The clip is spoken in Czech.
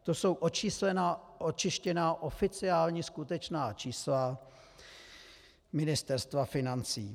To jsou očištěná oficiální skutečná čísla Ministerstva financí.